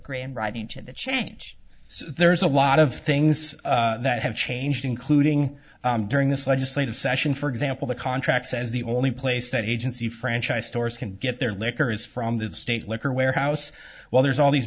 in writing to the change so there's a lot of things that have changed including during this legislative session for example the contract says the only place that agency franchise stores can get their liquor is from the state liquor warehouse while there's all these